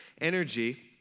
energy